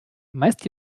meist